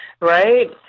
right